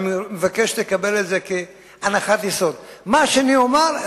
אני מבקש שתקבל את זה כהנחת יסוד: מה שאני אומר,